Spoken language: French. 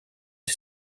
des